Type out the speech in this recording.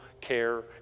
care